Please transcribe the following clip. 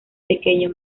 pequeño